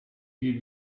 give